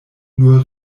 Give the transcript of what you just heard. nur